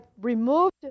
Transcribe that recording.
removed